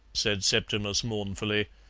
said septimus mournfully.